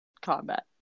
combat